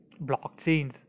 blockchains